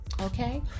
okay